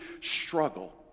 struggle